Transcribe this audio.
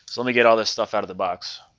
let me get all this stuff out of the box.